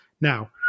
Now